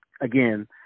again